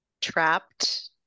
trapped